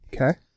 Okay